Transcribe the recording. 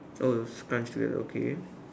oh it's scrunch together okay